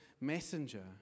messenger